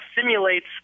simulates